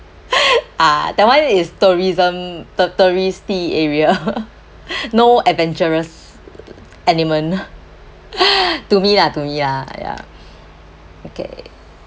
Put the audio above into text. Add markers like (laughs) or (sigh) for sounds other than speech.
(laughs) ah that one is tourism to~ touristy area (laughs) no adventurous element (breath) to me lah to me lah ya okay